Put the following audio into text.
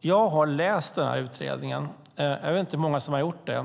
Jag har läst utredningen. Jag vet inte hur många som har gjort det.